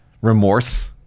remorse